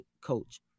coach